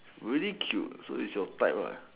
really cute so is your type